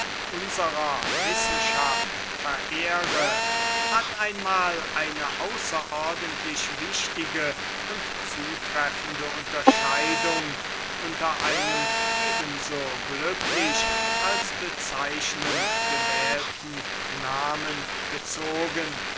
unserer wissenschaft verehre hat einmal eine außerordentlich wichtige und zutreffende unterscheidung unter einem ebenso glücklich als bezeichnend gewählten namen gezogen